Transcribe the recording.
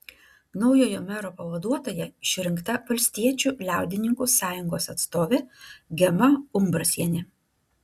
naujojo mero pavaduotoja išrinkta valstiečių liaudininkų sąjungos atstovė gema umbrasienė